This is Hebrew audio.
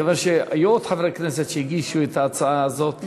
מכיוון שהיו עוד חברי כנסת שהגישו את ההצעה הזאת,